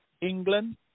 England